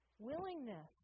Willingness